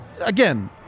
again